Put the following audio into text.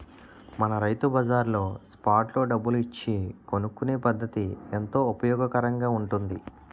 మన రైతు బజార్లో స్పాట్ లో డబ్బులు ఇచ్చి కొనుక్కునే పద్దతి ఎంతో ఉపయోగకరంగా ఉంటుంది